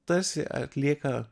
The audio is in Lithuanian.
tarsi atlieka